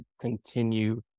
continue